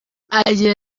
agira